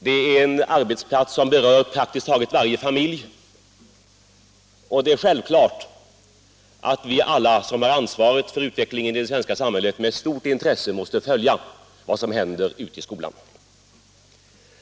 Det är en arbetsplats som berör praktiskt taget varje familj, och det är självklart att vi alla som bär ansvaret för utvecklingen av det svenska samhället med stort intresse då följer vad som händer ute i skolan.